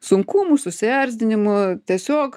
sunkumų susierzinimų tiesiog